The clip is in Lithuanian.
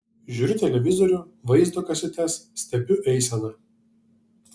žiūriu televizorių vaizdo kasetes stebiu eiseną